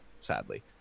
sadly